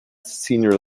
senior